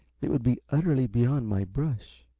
it would be utterly beyond my brush.